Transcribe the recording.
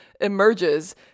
emerges